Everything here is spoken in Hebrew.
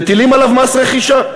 מטילים עליו מס רכישה.